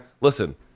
listen